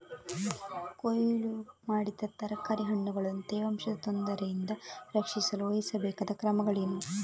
ಕೊಯ್ಲು ಮಾಡಿದ ತರಕಾರಿ ಹಣ್ಣುಗಳನ್ನು ತೇವಾಂಶದ ತೊಂದರೆಯಿಂದ ರಕ್ಷಿಸಲು ವಹಿಸಬೇಕಾದ ಕ್ರಮಗಳೇನು?